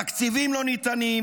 תקציבים לא ניתנים,